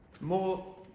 More